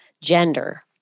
gender